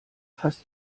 fast